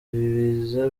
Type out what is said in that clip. biza